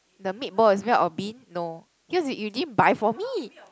the meatball is made of bean no cause you didn't buy for me